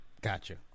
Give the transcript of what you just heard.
gotcha